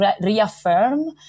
reaffirm